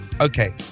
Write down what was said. Okay